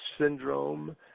syndrome